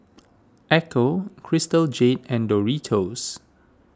Ecco Crystal Jade and Doritos